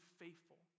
faithful